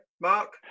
Mark